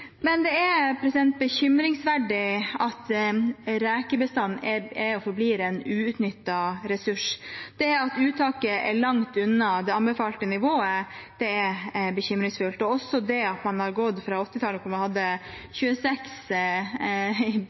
Det er bekymringsverdig at rekebestanden er og forblir en uutnyttet ressurs. Det at uttaket er langt unna det anbefalte nivået, er bekymringsfullt, og også det at man har gått fra å ha 26 bedrifter på 1980-tallet til at man